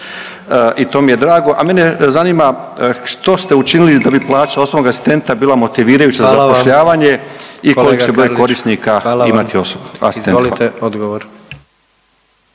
i to mi je drago. A mene zanima što ste učinili da bi plaća osobnog asistenta bila motivirajuća za zapošljavanje …/Upadica: Hvala